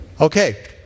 Okay